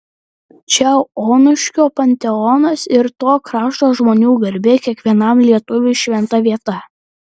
čia onuškio panteonas ir to krašto žmonių garbė kiekvienam lietuviui šventa vieta